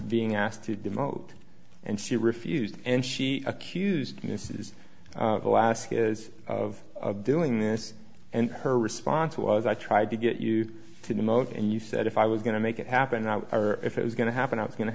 being asked to devote and she refused and she accused mrs alaska's of doing this and her response was i tried to get you to emote and you said if i was going to make it happen now or if it was going to happen i was going to